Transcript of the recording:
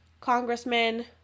congressmen